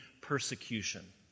persecution